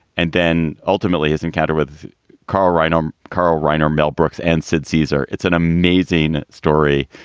and then ultimately his encounter with carl reiner. um carl reiner, mel brooks and sid caesar. it's an amazing story.